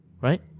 Right